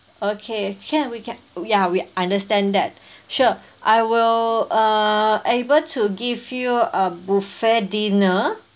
okay can we can ya we understand that sure I will uh able to give you a buffet dinner